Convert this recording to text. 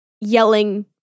yelling